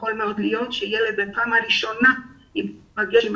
יכול מאוד להיות שילד בפעם ראשונה ייפגש עם